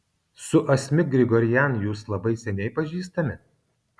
su asmik grigorian jūs labai seniai pažįstami